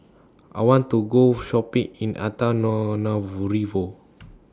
I want to Go Shopping in Antananarivo